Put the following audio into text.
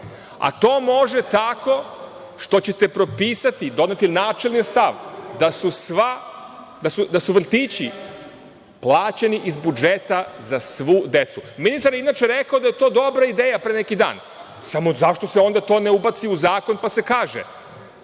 a to može tako što ćete propisati, doneti načelni stav da su vrtići plaćeni iz budžeta za svu decu. Ministar je, inače, rekao da je to dobra ideja pre neki dan, samo zašto se to onda to ne ubaci u zakon, pa se kaže